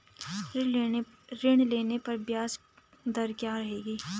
ऋण लेने पर ब्याज दर क्या रहेगी?